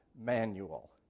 manual